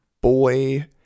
boy